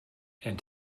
and